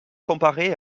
comparer